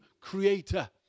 creator